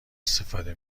استفاده